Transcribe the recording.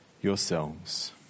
yourselves